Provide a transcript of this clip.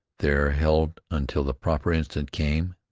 there held until the proper instant came,